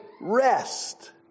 rest